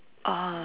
ah